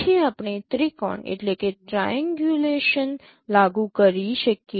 પછી આપણે ત્રિકોણ લાગુ કરી શકીએ